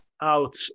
out